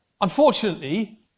unfortunately